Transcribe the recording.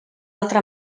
altra